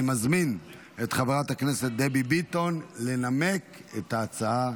אני מזמין את חברת הכנסת דבי ביטון לנמק את ההצעה.